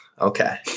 okay